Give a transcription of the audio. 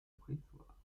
préhistoire